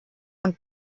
und